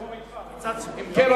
אם כן,